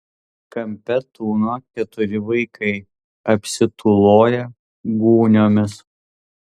kampe tūno keturi vaikai apsitūloję gūniomis